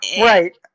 right